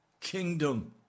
kingdom